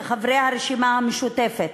כחברי הרשימה המשותפת,